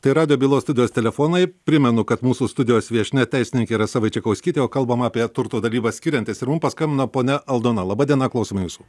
tai radijo bylos studijos telefonai primenu kad mūsų studijos viešnia teisininkė rasa vaičekauskytė o kalbam apie turto dalybas skiriantis ir mums paskambino ponia aldona laba diena klausome jūsų